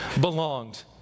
belonged